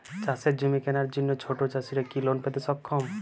চাষের জমি কেনার জন্য ছোট চাষীরা কি লোন পেতে সক্ষম?